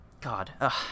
God